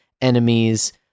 enemies